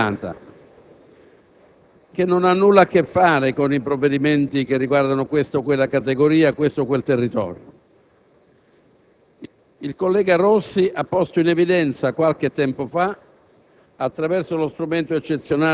intervengo per porre in evidenza una questione molto delicata, che non ha nulla a che fare con provvedimenti riguardanti questa o quella categoria, o questo o quel territorio.